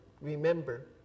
remember